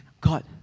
God